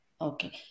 Okay